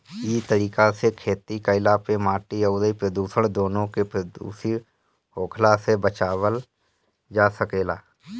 इ तरीका से खेती कईला पे माटी अउरी पर्यावरण दूनो के प्रदूषित होखला से बचावल जा सकेला